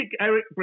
Eric